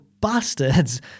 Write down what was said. bastards